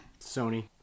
Sony